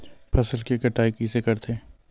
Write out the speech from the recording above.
फसल के कटाई कइसे करथे?